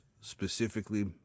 specifically